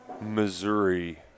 Missouri